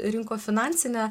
rinko finansinę